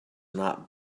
not